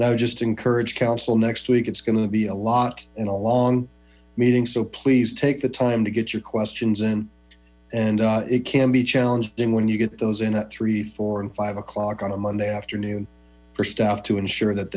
not just encourage council next week it's going to be a lot and a long meeting so please take the time to get your questions in and it can be challenging when you get those in at three four and five o'clock on a monday afternoon for staff to ensure that